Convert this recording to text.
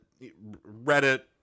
Reddit